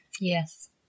Yes